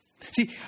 See